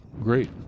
Great